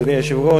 אדוני היושב-ראש,